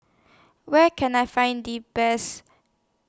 Where Can I Find The Best